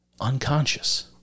unconscious